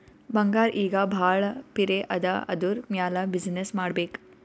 ಬಂಗಾರ್ ಈಗ ಭಾಳ ಪಿರೆ ಅದಾ ಅದುರ್ ಮ್ಯಾಲ ಬಿಸಿನ್ನೆಸ್ ಮಾಡ್ಬೇಕ್